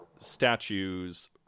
statues